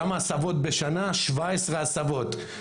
כמה הסבות בשנה - 17 הסבות.